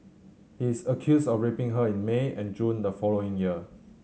he is accused of raping her in May and June the following year